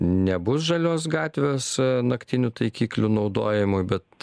nebus žalios gatvės naktinių taikiklių naudojimui bet